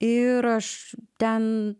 ir aš ten